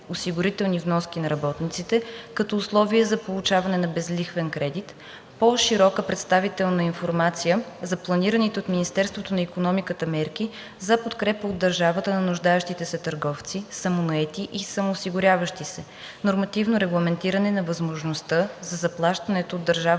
осигурителни вноски на работниците като условие за получаване на безлихвен кредит; по-широка предварителна информация за планираните от Министерството на икономиката мерки за подкрепа от държавата на нуждаещите се търговци, самонаети и самоосигуряващи се; нормативно регламентиране на възможността за заплащането от държавата